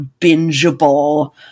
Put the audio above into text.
bingeable